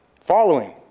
following